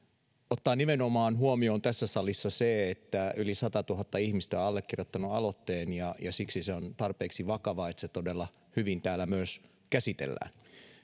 ottaa huomioon tässä salissa nimenomaan se että yli satatuhatta ihmistä on allekirjoittanut aloitteen ja siksi se on tarpeeksi vakava että se todella hyvin täällä myös käsitellään